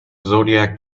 zodiac